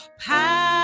power